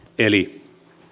eli